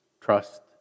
trust